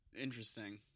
Interesting